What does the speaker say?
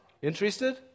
Interested